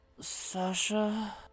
Sasha